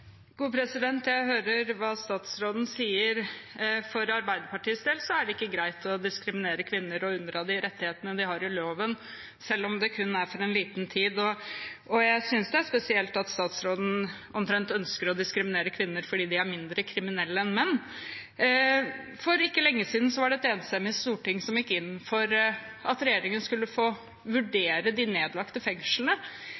Jeg hører hva statsråden sier. For Arbeiderpartiets del er det ikke greit å diskriminere kvinner og unndra dem rettighetene de har i loven, selv om det kun er for en liten tid. Jeg synes det er spesielt at statsråden omtrent ønsker å diskriminere kvinner fordi de er mindre kriminelle enn menn. For ikke lenge siden var det et enstemmig storting som gikk inn for at regjeringen skulle få